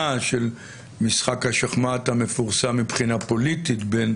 של משחק השחמט המפורסם מבחינה פוליטית בין